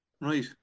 Right